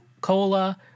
Cola